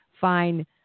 fine